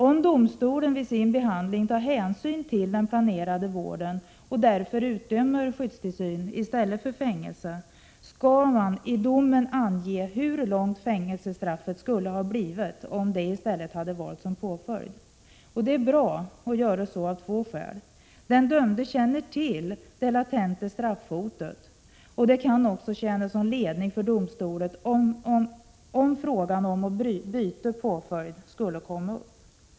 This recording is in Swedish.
Om domstolen vid sin behandling tar hänsyn till den planerade vården och därför utdömer skyddstillsyn i stället för fängelse, skall man i domen ange hur långt fängelsestraffet skulle ha blivit om det i stället hade valts som påföljd. Det är bra att göra så av två skäl. Den dömde känner då till det latenta straffhotet, och det kan också tjäna som ledning för domstolen om frågan om att byta påföljd skulle komma upp.